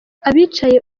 abicaye